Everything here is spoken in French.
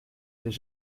mais